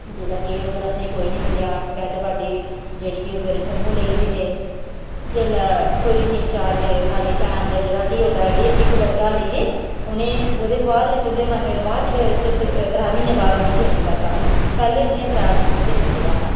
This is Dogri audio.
जिसलै गे उद्धर असेंगी कोई नेईं मिलेआ डैड्ड बाडी जेह्ड़ी के उद्धर जम्मू लेई गेदे हे जिसलै कोई तिन्न चार बजे साढ़ी भैन ते जेह्ड़ा कि उसलै इक बच्चा लेइये उ'नें ओह्दे बाद बिच्च उं'दे मरने दे बाद च त्रै म्हीने बाद उ'नें जनम लेता पैहले उंदिया त्रै कुड़ियां ते इक मुड़ा हा